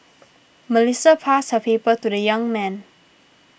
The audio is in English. Melissa passed her number to the young man